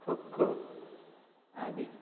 kho kho Aadi